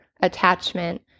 attachment